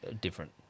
different